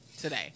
today